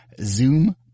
Zoom